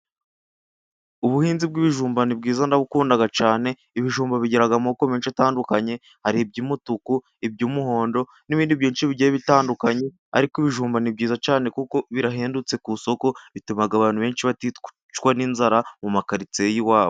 Ubuhinzi bw'ibijumba ni bwiza ndabukunda cyane, ibijumba bigira amoko menshi atandukanye, hari iby'umutuku, iby'umuhondo n'ibindi byinshi bigiye bitandukanye, ariko ibijumba ni byiza cyane kuko birahendutse ku isoko, bituma abantu benshi baticwa n'inzara mu makaritsiye y'iwabo.